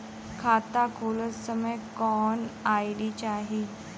खाता खोलत समय कौन आई.डी चाही?